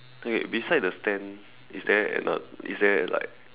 okay beside the stand is there ano~ is there like